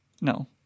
No